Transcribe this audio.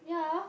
yeah